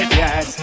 yes